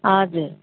हजुर